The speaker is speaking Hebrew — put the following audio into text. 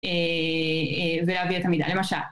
ולהביא את המידע למשל